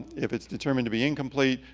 if it's determined to be incomplete,